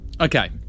Okay